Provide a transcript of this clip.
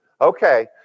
okay